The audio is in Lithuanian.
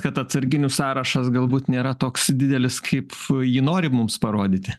kad atsarginių sąrašas galbūt nėra toks didelis kaip jį nori mums parodyti